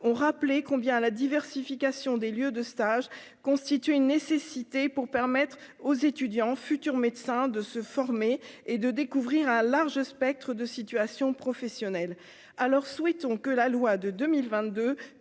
ont rappelé combien à la diversification des lieux de stage, constitue une nécessité pour permettre aux étudiants, futurs médecins de se former et de découvrir un large spectre de situation professionnel alors souhaitons que la loi de 2022